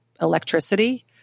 electricity